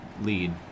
lead